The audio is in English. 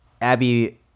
Abby